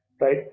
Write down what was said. right